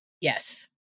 Yes